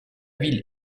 ville